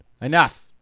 enough